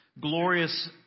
glorious